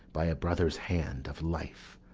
by a brother's hand, of life,